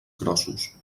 grossos